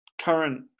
current